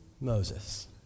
Moses